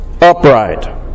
upright